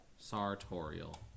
sartorial